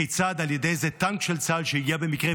כיצד על ידי איזה טנק של צה"ל שהגיע במקרה,